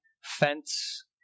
fence